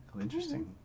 interesting